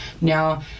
Now